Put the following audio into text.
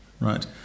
Right